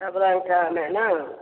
सब रङ्गके आम हय ने